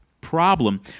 problem